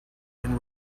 and